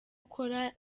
ukora